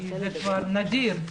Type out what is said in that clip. כי זה כבר נדיר.